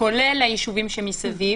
כולל הישובים שמסביב